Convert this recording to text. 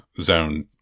zone